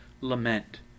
lament